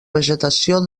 vegetació